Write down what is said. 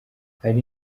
hari